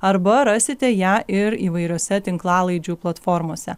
arba rasite ją ir įvairiose tinklalaidžių platformose